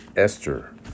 Esther